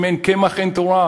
אם אין קמח אין תורה.